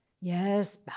Yes